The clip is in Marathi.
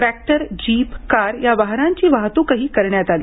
ट्रॅक्टर जीप कार या वाहनांची वाहतूकही करण्यात आली